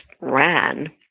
ran